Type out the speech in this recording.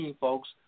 folks